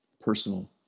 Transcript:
personal